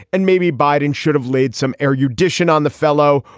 and maybe biden should have laid some erudition on the fellow.